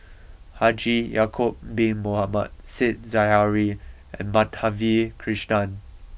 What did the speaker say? Haji Ya'Acob Bin Mohamed said Zahari and Madhavi Krishnan